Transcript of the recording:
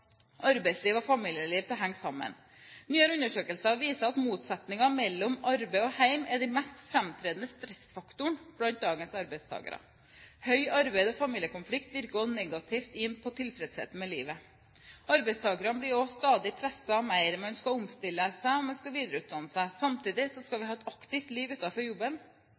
og familieliv til å henge sammen. Nyere undersøkelser viser at motsetninger mellom arbeid og hjem er den mest framtredende stressfaktoren blant dagens arbeidstakere. Høyt konfliktnivå mellom arbeid og familie virker også negativt inn på tilfredsheten med livet. Arbeidstakerne blir stadig mer presset. Man skal omstille seg eller videreutdanne seg. Samtidig skal vi ha et aktivt liv utenfor jobben.